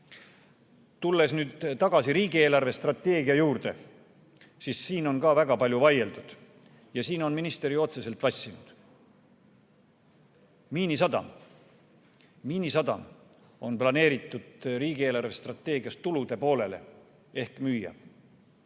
Tulen nüüd tagasi riigi eelarvestrateegia juurde. Siin on ka väga palju vaieldud ja siin on minister ju otseselt vassinud. Miinisadam on planeeritud riigi eelarvestrateegias tulude poolele ehk on